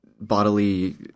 bodily